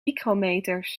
micrometers